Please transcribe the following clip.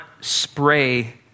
spray